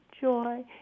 joy